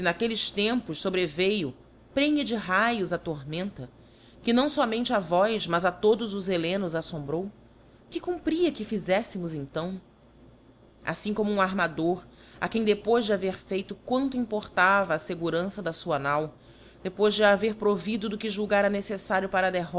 naquelles tempos fobreveiu prenhe de raios a tormenta que não fomente a vós mas a todos os hellenos aítombrou que cumpria que fizeffemos então affim como um armador a quem depois de haver feito quanto importava á fegurança da fua nau depois de a haver provido do que julgara neceífario para